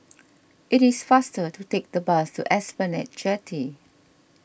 it is faster to take the bus to Esplanade Jetty